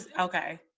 okay